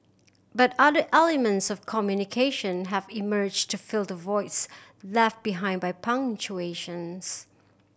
but other elements of communication have emerged to fill the voids left behind by punctuations